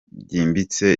byimbitse